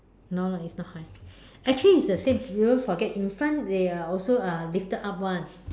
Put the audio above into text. no lah it's not high actually it's the same you forget in front they are also lifted up [one]